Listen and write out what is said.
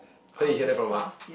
where you hear that from ah